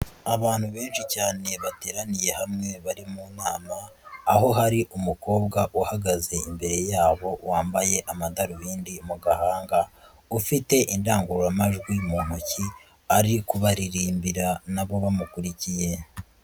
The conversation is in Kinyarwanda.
Abantu benshi cyane bateraniye hamwe bari mu nama aho hari umukobwa uhagaze imbere yabo wambaye amadarubindi mu gahanga, ufite indangururamajwi mu ntoki ari kubaririmbira na bo bamukurikiye.